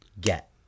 get